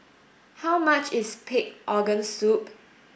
how much is pig organ soup